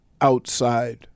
outside